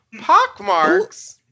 Pockmarks